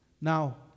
Now